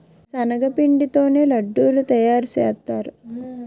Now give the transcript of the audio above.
శనగపిండి తోనే లడ్డూలు తయారుసేత్తారు